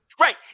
Right